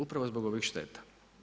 Upravo zbog ovih šteta.